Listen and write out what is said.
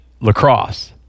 lacrosse